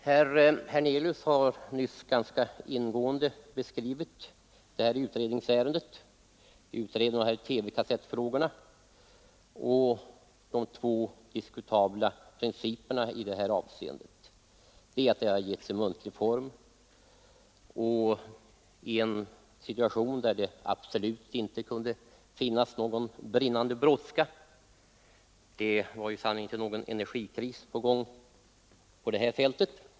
Herr Hernelius har ganska ingående beskrivit det här utredningsärendet beträffande vissa TV-kassettfrågor och de två diskutabla principer som departementet tillämpat i det avseendet. För det första har uppdraget givits endast i muntlig form och i en situation då det absolut inte förelåg någon brinnande brådska — det var sannerligen inte någon energikris på gång på det här fältet!